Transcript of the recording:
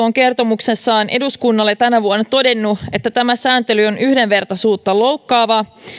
on kertomuksessaan eduskunnalle tänä vuonna todennut että tämä sääntely on yhdenvertaisuutta loukkaava